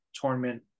tournament